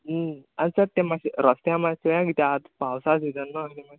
आसोत तें माश्शें रोस्त्या मात चोया कितें आत पावसा सिजन न्हू आमी माय